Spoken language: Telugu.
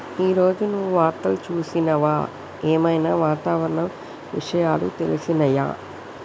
ఈ రోజు నువ్వు వార్తలు చూసినవా? ఏం ఐనా వాతావరణ విషయాలు తెలిసినయా?